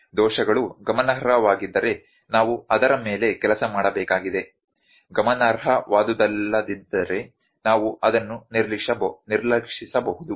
ದೋಷಗಳು ಗಮನಾರ್ಹವಾಗಿದ್ದರೆ ನಾವು ಅದರ ಮೇಲೆ ಕೆಲಸ ಮಾಡಬೇಕಾಗಿದೆ ಗಮನಾರ್ಹವಾದುದಲ್ಲದಿದ್ದರೆ ನಾವು ಅದನ್ನು ನಿರ್ಲಕ್ಷಿಸಬಹುದು